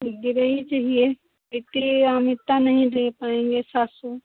इ गिरई चाहिए इसके लिए हम इतना नहीं दे पाएँगे सात सौ